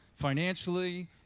financially